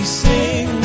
sing